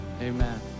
Amen